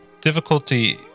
difficulty